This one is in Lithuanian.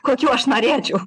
kokių aš norėčiau